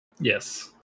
Yes